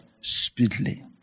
speedily